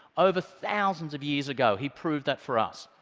over thousands of years ago, he proved that for us.